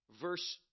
verse